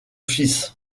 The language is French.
fils